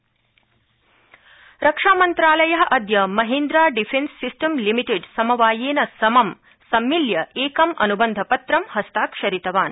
रक्षामन्त्रालय रक्षामन्त्रालय अद्य Mahindra defence system limited समवायेन समं एकं अनुबन्धपत्रं हस्ताक्षरितवान्